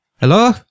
Hello